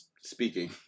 speaking